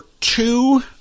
two